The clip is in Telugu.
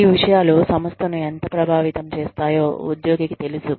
ఈ విషయాలు సంస్థను ఎంత ప్రభావితం చేస్తాయో ఉద్యోగికి తెలుసు